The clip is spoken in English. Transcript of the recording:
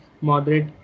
moderate